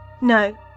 No